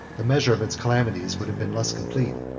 the measure of its calamities would have been less complete.